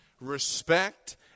respect